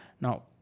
Now